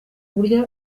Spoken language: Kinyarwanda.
buryo